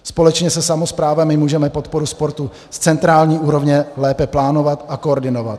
Společně se samosprávami můžeme podporu sportu z centrální úrovně lépe plánovat a koordinovat.